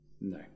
No